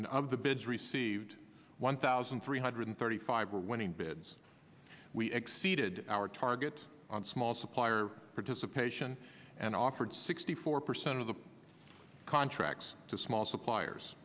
and of the bids received one thousand three hundred thirty five were winning bids we exceeded our targets on small supplier participation and offered sixty four percent of the contracts to small suppliers